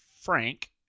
Frank